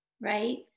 right